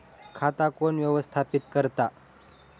खाता कोण व्यवस्थापित करता?